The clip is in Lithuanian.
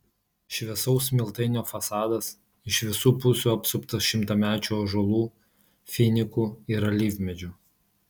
šviesaus smiltainio fasadas iš visų pusių apsuptas šimtamečių ąžuolų finikų ir alyvmedžių